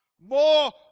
more